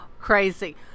crazy